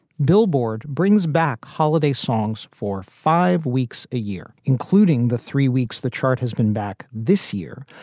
billboard brings back holiday songs for five weeks a year, including the three weeks the chart has been back this year.